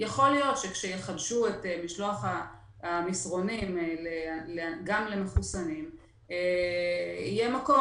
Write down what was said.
יכול להיות כשיחדשו את משלוח המסרונים גם למחוסנים יהיה מקום